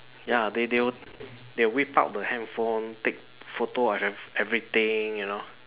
ya they they will they will whip out the handphone take photo of ev~ everything you know